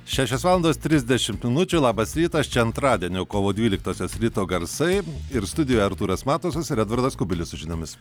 šešios valandos trisdešim minučių labas rytas čia antradienio kovo dvyliktosios ryto garsai ir studijoj artūras matusas ir edvardas kubilius su žiniomis